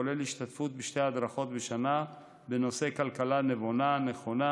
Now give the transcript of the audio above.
כולל השתתפות בשתי הדרכות בשנה בנושא כלכלה נכונה,